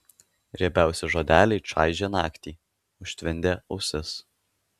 riebiausi žodeliai čaižė naktį užtvindė ausis